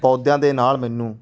ਪੌਦਿਆਂ ਦੇ ਨਾਲ ਮੈਨੂੰ